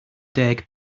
deg